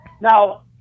now